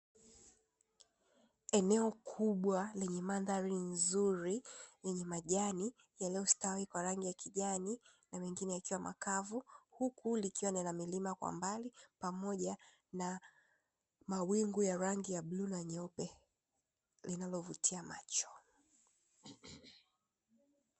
Eneo kubwa lenye mandhari nzuri yenye majani yaliyostawi kwa rangi ya kijani na mengine yakiwa makavu huku likiwa na milima kwa mbali pamoja na mawingi ya rangi ya bluu na nyeupe linalovutia macho.